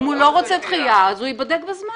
אם הוא לא רוצה דחייה אז הדוח ייבדק בזמן.